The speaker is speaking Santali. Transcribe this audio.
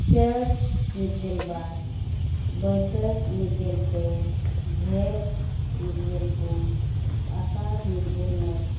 ᱪᱟᱹᱛ ᱢᱤᱫ ᱜᱮᱞ ᱵᱟᱨ ᱵᱟᱹᱭᱥᱟᱹᱠ ᱢᱤᱫ ᱜᱮᱞ ᱯᱮ ᱡᱷᱮᱴ ᱢᱤᱫ ᱜᱮᱞ ᱯᱩᱱ ᱟᱥᱟᱲ ᱢᱤᱫ ᱜᱮᱞ ᱢᱚᱬᱮ